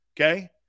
okay